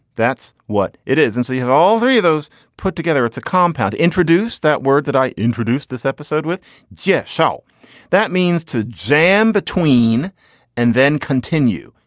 that's what it is. and so he had all three of those put together. it's a compound introduced that word that i introduced this episode with jeff show that means to jam between and then continue.